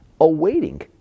awaiting